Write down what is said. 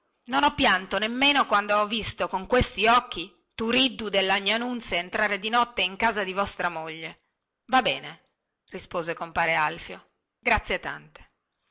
non ho pianto nemmeno quando ho visto con questi occhi turiddu della gnà nunzia entrare di notte in casa di vostra moglie va bene rispose compare alfio grazie tante